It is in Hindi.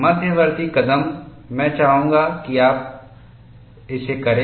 मध्यवर्ती कदम मैं चाहूंगा कि आप इसे करें